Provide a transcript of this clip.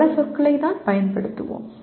பல சொற்களைப் பயன்படுத்துவோம்